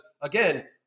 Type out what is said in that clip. again